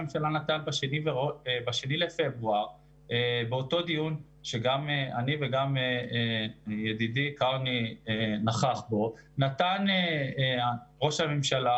ב-2 בפברואר - באותו דיון שגם אני וגם ידידי קרני נכח בו - נתן ראש הממשלה